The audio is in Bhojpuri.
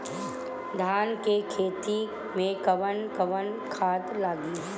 धान के खेती में कवन कवन खाद लागी?